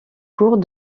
court